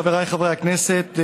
חבריי חברי הכנסת,